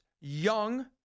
young